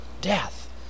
Death